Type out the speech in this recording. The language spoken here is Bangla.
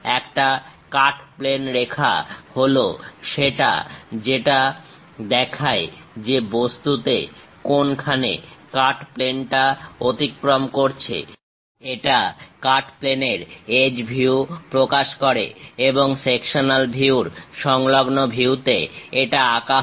একটা কাট প্লেন রেখা হল সেটা যেটা দেখায় যে বস্তুতে কোনখানে কাট প্লেন টা অতিক্রম করেছে এটা কাট প্লেনের এজ ভিউ প্রকাশ করে এবং সেকশনাল ভিউর সংলগ্ন ভিউতে এটা আঁকা হয়